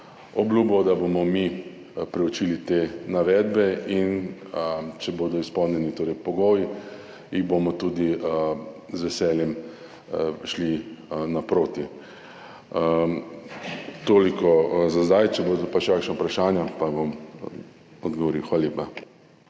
obljubo, da bomo mi preučili te navedbe, in če bodo izpolnjeni pogoji, bomo tudi z veseljem šli naproti. Toliko za zdaj, če bodo pa še kakšna vprašanja, bom odgovoril. Hvala lepa.